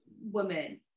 woman